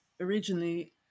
originally